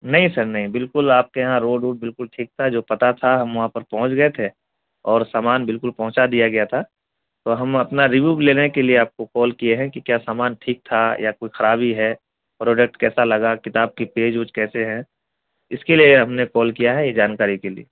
نہیں سر نہیں بالکل آپ کے یہاں روڈ ووڈ بالکل ٹھیک تھا جو پتہ تھا ہم وہاں پر پہنچ گئے تھے اور سامان بالکل پہنچا دیا گیا تھا تو ہم اپنا ریویو لینے کے لیے آپ کو کال کیے ہیں کہ کیا سامان ٹھیک تھا یا کوئی خرابی ہے پروڈکٹ کیسا لگا کتاب کی پیج ووج کیسے ہیں اس کے لیے ہم نے کال کیا ہے یہ جانکاری کے لیے